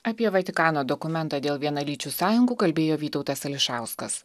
apie vatikano dokumentą dėl vienalyčių sąjungų kalbėjo vytautas ališauskas